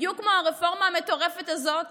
בדיוק כמו הרפורמה המטורפת הזאת